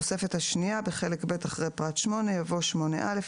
תיקון סעיף 38 בסעיף 38 לחוק העיקרי במקום "ו-33ד" יבוא "33ד ו-33ד1".